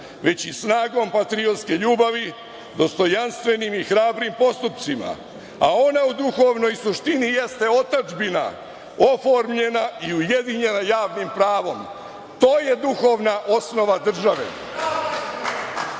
već i snagom patriotske ljubavi, dostojanstvenim i hrabrim postupcima, a ona u duhovnoj suštini jeste otadžbina, oformljena i ujedinjena javnim pravom. To je duhovna osnova države. Ustav